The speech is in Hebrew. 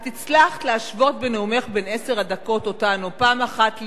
את הצלחת להשוות בנאומך בן עשר הדקות אותנו פעם אחת לאירן,